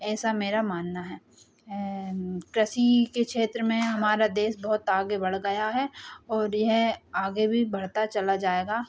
ऐसा मेरा मानना है कृषि के क्षेत्र में हमारा देश बहुत आगे बढ़ गया है और यह आगे भी बढ़ता चला जाएगा